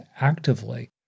actively